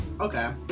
okay